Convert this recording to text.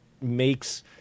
makes